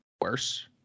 worse